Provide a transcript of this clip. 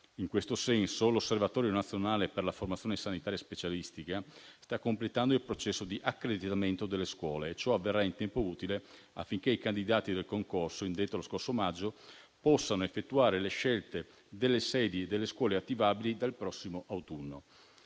In questo senso, l'Osservatorio nazionale per la formazione sanitaria specialistica sta completando il processo di accreditamento delle scuole e ciò avverrà in tempo utile affinché i candidati del concorso indetto lo scorso maggio possano effettuare le scelte delle sedi e delle scuole attivabili dal prossimo autunno.